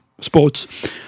sports